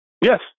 Yes